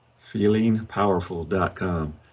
Feelingpowerful.com